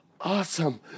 Awesome